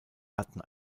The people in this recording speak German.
hatten